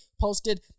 posted